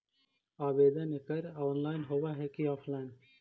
आवेदन एकड़ ऑनलाइन होव हइ की ऑफलाइन?